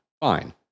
Fine